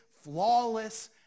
flawless